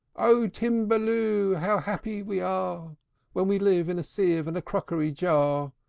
o timballoo! how happy we are when we live in a sieve and a crockery-jar!